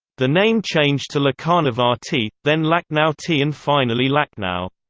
the name changed to lakhanavati, then lakhnauti and finally lakhnau.